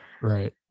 Right